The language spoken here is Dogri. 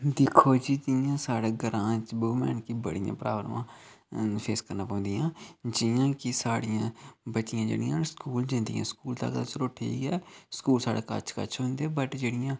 दिक्खो जी जियां साढ़ै ग्रांऽ च बुमैन गी बड़ियां प्राब्लमां फेस करना पौंदियां जियां कि साढ़ियां बच्चियां जेह्ड़ियां न स्कूल जंदियां स्कूल ते ठीक ऐ स्कूल साढ़ा कश कश होंदे बट जेह्ड़ियां